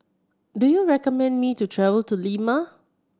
do you recommend me to travel to Lima